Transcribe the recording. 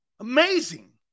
amazing